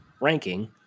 ranking